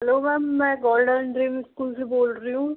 hello ma'am मैं golden dreams dreams school से बोल रही हूँ